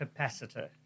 capacitor